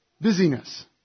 busyness